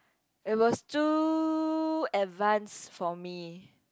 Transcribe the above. it was too advanced for me